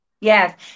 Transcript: Yes